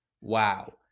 Wow